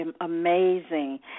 amazing